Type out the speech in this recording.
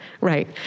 Right